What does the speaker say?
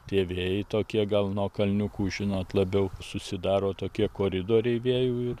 tie vėjai tokie gal nuo kalniukų žinot labiau susidaro tokie koridoriai vėjų ir